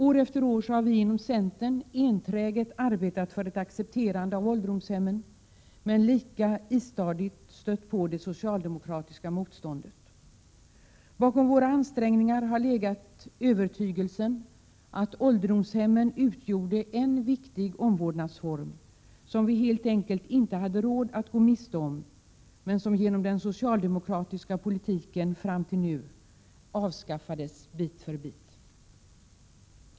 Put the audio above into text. År efter år har vi inom centern enträget arbetat för att ålderdomshemmen skall accepteras. Men lika istadigt har vi stött på motstånd från socialdemokraterna. Bakom våra ansträngningar har legat övertygelsen om att ålderdomshemmen utgör en viktig omvårdnadsform, som vi helt enkelt inte har råd att gå miste om men som genom den socialdemokratiska politiken fram tilli dag bit för bit har avskaffats.